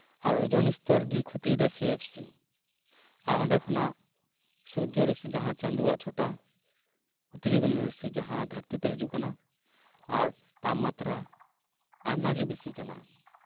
ᱟᱨ ᱳᱡᱚᱱ ᱥᱛᱚᱨ ᱜᱤ ᱠᱷᱚᱛᱤ ᱮᱫᱟᱭ ᱥᱤᱼᱮᱯᱷᱼᱥᱤ ᱟᱨ ᱚᱸᱰᱮ ᱠᱷᱚᱱᱟᱜ ᱥᱩᱨᱡᱚ ᱨᱚᱥᱥᱤ ᱡᱟᱦᱟᱸ ᱪᱟᱸᱫᱚᱣᱟᱜ ᱪᱷᱚᱴᱟ ᱚᱛᱤᱵᱮᱜᱩᱱᱤ ᱨᱚᱥᱥᱤ ᱡᱟᱦᱟ ᱫᱷᱟᱹᱨᱛᱤᱛᱮ ᱦᱤᱡᱩᱜ ᱠᱟᱱᱟ ᱟᱨ ᱛᱟᱯᱢᱟᱛᱨᱟ ᱟᱭᱢᱟᱜᱮ ᱵᱮᱥᱤᱜ ᱠᱟᱱᱟ